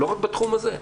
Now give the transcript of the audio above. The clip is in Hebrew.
לא רק בתחום הזה.